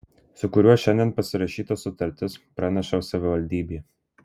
su kuriuo šiandien pasirašyta sutartis praneša savivaldybė